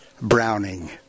Browning